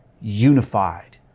unified